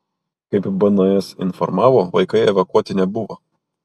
kaip bns informavo vaikai evakuoti nebuvo